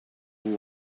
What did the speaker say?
who